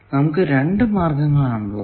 നമുക്ക് രണ്ടു മാർഗങ്ങൾ ആണുള്ളത്